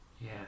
Yes